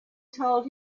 told